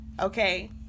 Okay